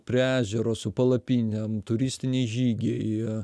prie ežero su palapinėm turistiniai žygiai